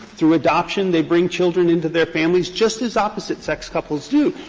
through adoption. they bring children into their families just as opposite-sex couples do.